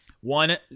one